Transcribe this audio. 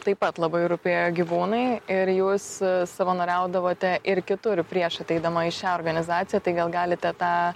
taip pat labai rūpėjo gyvūnai ir jūs savanoriaudavote ir kitur prieš ateidama į šią organizaciją tai gal galite tą